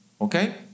Okay